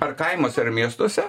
ar kaimuose ar miestuose